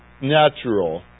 natural